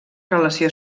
relació